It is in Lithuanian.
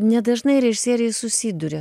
nedažnai režisieriai susiduria